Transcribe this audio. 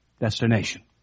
destination